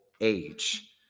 age